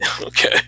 Okay